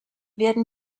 werden